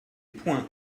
points